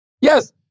Yes